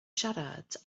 siarad